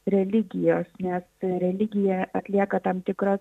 religijos nes religija atlieka tam tikras